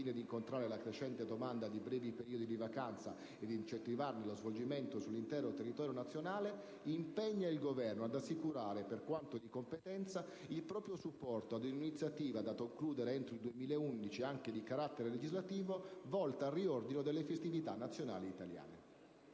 dell'anno, al fine di incontrare la crescente domanda di brevi periodi di vacanza ed incentivarne lo svolgimento sull'intero territorio nazionale, impegna il Governo ad assicurare, per quanto di competenza, il proprio supporto ad ogni iniziativa, definita entro il 2011, anche di carattere legislativo, volta al riordino delle festività nazionali italiane».